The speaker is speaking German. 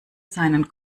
seinen